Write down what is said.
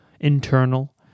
internal